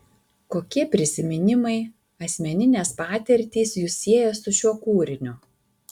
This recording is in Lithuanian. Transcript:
kokie prisiminimai asmeninės patirtys jus sieja su šiuo kūriniu